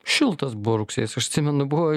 šiltas buvo rugsėjis aš atsimenu buvo